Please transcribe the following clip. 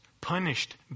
punished